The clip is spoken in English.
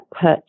put